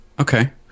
Okay